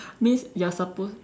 means you're suppose